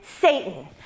Satan